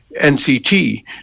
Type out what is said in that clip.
NCT